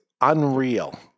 unreal